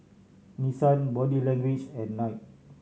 Nissan Body Language and Knight